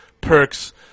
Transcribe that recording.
perks